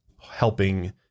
helping